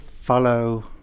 follow